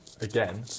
Again